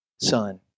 Son